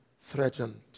threatened